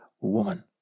woman